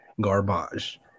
garbage